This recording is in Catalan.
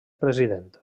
president